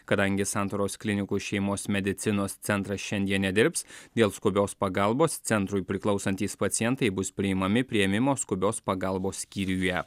kadangi santaros klinikų šeimos medicinos centras šiandien nedirbs dėl skubios pagalbos centrui priklausantys pacientai bus priimami priėmimo skubios pagalbos skyriuje